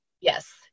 Yes